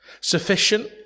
sufficient